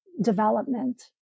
development